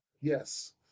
Yes